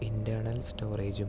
internal സ്റ്റോറേജും